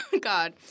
God